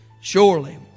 Surely